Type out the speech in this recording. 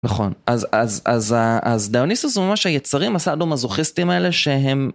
נכון, אז, אז, אז, אז, דיוניסוס הוא ממש היצרים, הסאדו מזוכסטים האלה שהם